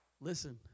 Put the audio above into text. Listen